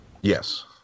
Yes